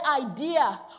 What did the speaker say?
idea